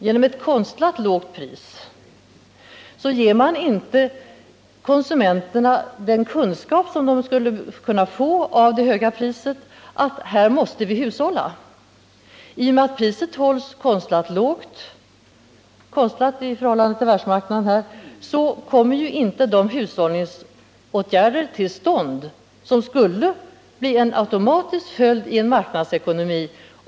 Genom ett konstlat lågt pris ger man inte konsumenterna den kunskap som de hade kunnat få med ett högre pris, nämligen kunskapen om att vi måste hushålla. I och med att priset hålls konstlat lågt i förhållande till priserna på världsmarknaden kommer inte hushållningsåtgärder till stånd som automatiskt skulle bli följden om man tillämpade de högre världsmarknadspriserna.